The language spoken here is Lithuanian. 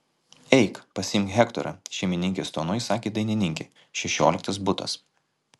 eik pasiimk hektorą šeimininkės tonu įsakė dainininkė šešioliktas butas